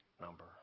number